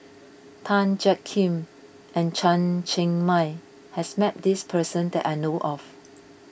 Tan Jiak Kim and Chen Cheng Mei has met this person that I know of